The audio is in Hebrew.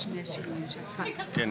כן,